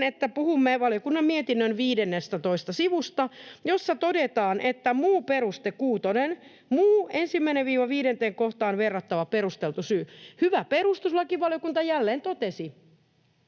että... Puhumme valiokunnan mietinnön 15. sivusta, kuutonen, jossa todetaan, että ”muu 1—5 kohtaan verrattava perusteltu syy”. Hyvä perustuslakivaliokunta jälleen totesi,